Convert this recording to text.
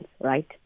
right